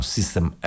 System